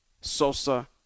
Sosa